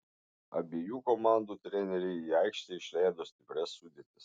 abiejų komandų treneriai į aikštę išleido stiprias sudėtis